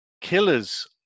Killers